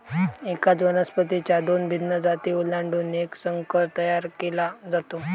एकाच वनस्पतीच्या दोन भिन्न जाती ओलांडून एक संकर तयार केला जातो